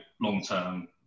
long-term